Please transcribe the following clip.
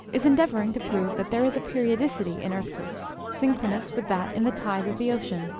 is endeavoring to prove that there is a periodicity in earthquakes, synchronous with that in the tides of the ocean,